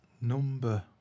number